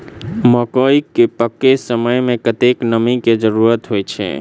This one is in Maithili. मकई केँ पकै समय मे कतेक नमी केँ जरूरत होइ छै?